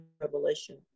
revelation